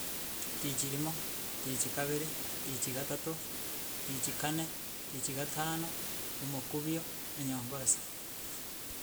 Tichi rimo, tichi kabere, tichi gatato, tichi kane, tichi gatano, omokubio, enyongosa.